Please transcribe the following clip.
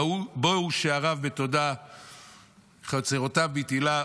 בֹּאו שעריו בתודה חצרֹתיו בתהִלה.